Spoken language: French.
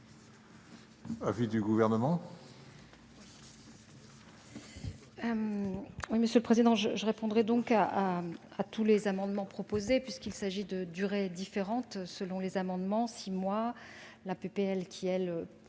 l'avis du Gouvernement ?